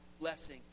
blessing